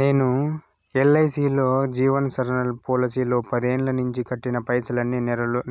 నేను ఎల్ఐసీలో జీవన్ సరల్ పోలసీలో పదేల్లనించి కట్టిన పైసల్ని